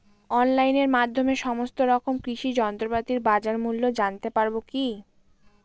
অনলাইনের মাধ্যমে সমস্ত রকম কৃষি যন্ত্রপাতির বাজার মূল্য জানতে পারবো কি?